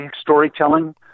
storytelling